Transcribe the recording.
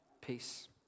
peace